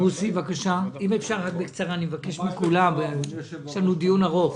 ממש בקצרה, אדוני היושב-ראש.